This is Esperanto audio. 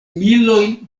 milojn